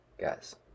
guys